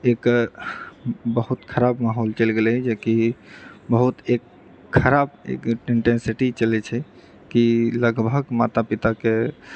एक बहुत खराब माहौल चलि गेलै जेकि बहुत एक खराब इंटेन्सिटी चलै छै कि लगभग माता पिताके